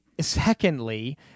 secondly